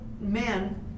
men